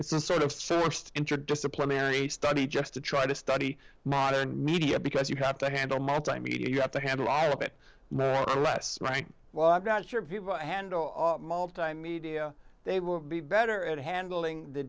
it's a sort of sourced interdisciplinary study just to try to study modern media because you have to handle multimedia you have to handle all of it less right well i've got your people handle multimedia they will be better at handling the